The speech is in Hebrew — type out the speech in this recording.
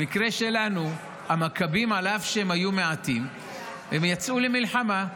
במקרה שלנו המכבים על אף שהיו מעטים יצאו למלחמה,